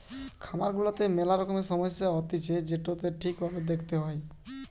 খামার গুলাতে মেলা রকমের সমস্যা হতিছে যেটোকে ঠিক ভাবে দেখতে হয়